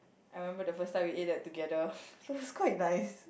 I remember the first time we ate that together it was quite nice